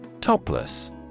Topless